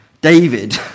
David